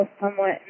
somewhat